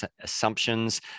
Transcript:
assumptions